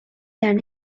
than